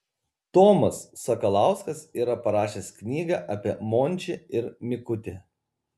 tomas sakalauskas yra parašęs knygą apie mončį ir mikutį